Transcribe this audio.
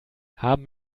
haben